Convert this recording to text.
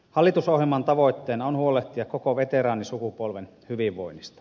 hallitusohjelman tavoitteena on huolehtia koko veteraanisukupolven hyvinvoinnista